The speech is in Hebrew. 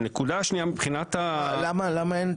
למה אין?